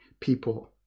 people